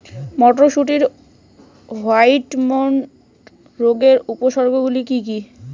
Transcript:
মটরশুটির white mould রোগের উপসর্গগুলি কী কী?